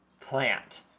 plant